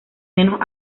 menos